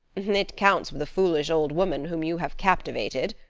it counts with a foolish old woman whom you have captivated,